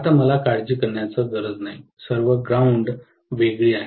आता मला काळजी करण्याची गरज नाही सर्व ग्राउंड वेगळी आहेत